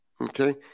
Okay